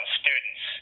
students